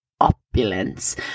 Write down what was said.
opulence